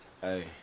Hey